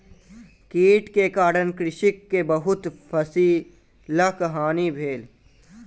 कीट के कारण कृषक के बहुत फसिलक हानि भेल